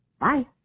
Bye